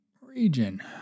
region